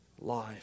life